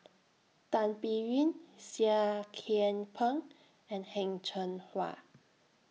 Tan Biyun Seah Kian Peng and Heng Cheng Hwa